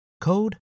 code